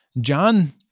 John